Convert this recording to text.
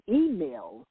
email